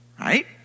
Right